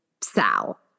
Sal